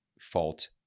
fault